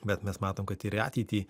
bet mes matom kad ir į ateitį